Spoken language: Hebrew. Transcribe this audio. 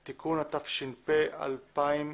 (תיקון), התש"ף-2019.